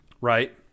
Right